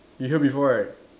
you hear before right